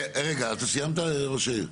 רגע, אתה סיימת, ראש העיר?